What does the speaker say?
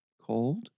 cold